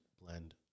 blend